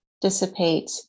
dissipate